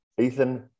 Ethan